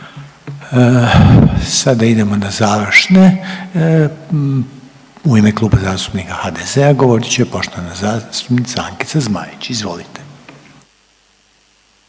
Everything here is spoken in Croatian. Sada idemo na završne. U ime Kluba zastupnika HDZ-a govorit će poštovana zastupnica Ankica Zmaić. Izvolite.